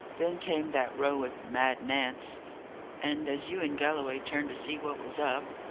then came that row with mad nance and as you and galloway turned to see what was up,